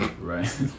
right